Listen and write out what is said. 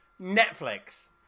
Netflix